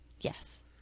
yes